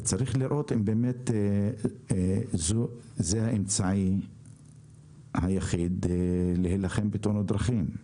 צריך לראות אם באמת זה האמצעי היחיד להילחם בתאונות דרכים.